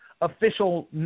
official